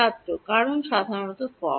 ছাত্র কারণ সাধারণত ফর্ম